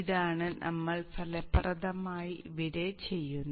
ഇതാണ് നമ്മൾ ഫലപ്രദമായി ഇവിടെ ചെയ്യുന്നത്